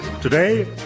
Today